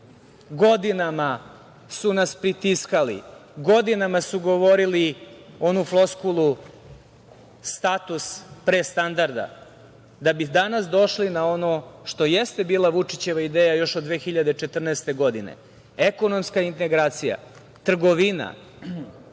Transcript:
Godinama su nas pritiskali, godinama su govorili onu floskulu „status pre standarda“, da bi danas došli na ono što jeste Vučićeva ideja još od 2014. godine – ekonomska integracija, trgovina,